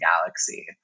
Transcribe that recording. galaxy